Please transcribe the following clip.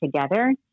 Together